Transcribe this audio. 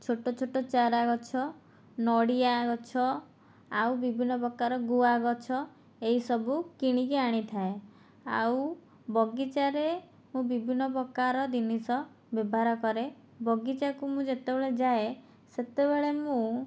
ଛୋଟ ଛୋଟ ଚାରା ଗଛ ନଡିଆ ଗଛ ଆଉ ବିଭିନ୍ନ ପ୍ରକାର ଗୁଆ ଗଛ ଏହି ସବୁ କିଣିକି ଆଣିଥାଏ ଆଉ ବାଗିଚାରେ ମୁଁ ବିଭିନ୍ନ ପ୍ରକାର ଜିନିଷ ବ୍ୟବହାର କରେ ବାଗିଚାକୁ ମୁଁ ଯେତେ ବେଳେ ଯାଏ ସେତେ ବେଳେ ମୁଁ